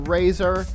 Razor